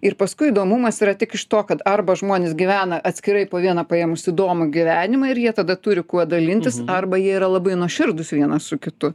ir paskui įdomumas yra tik iš to kad arba žmonės gyvena atskirai po vieną paėmus įdomų gyvenimą ir jie tada turi kuo dalintis arba jie yra labai nuoširdūs vienas su kitu